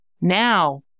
Now